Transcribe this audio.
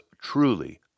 truly